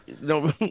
No